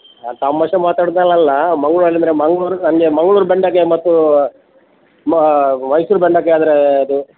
ನಾನು ತಮಾಷೆ ಮಾತಾಡಿದೆನಲ್ಲಲ್ಲ ಮಂಗ್ಳೂರಲ್ಲಿ ಇದ್ದರೆ ಮಂಗ್ಳೂರು ಅಲ್ಲೇ ಮಂಗ್ಳೂರು ಬೆಂಡೆಕಾಯಿ ಮತ್ತು ಮೈಸೂರು ಬೆಂಡೆಕಾಯಿ ಆದರೆ ಅದು